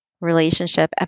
relationship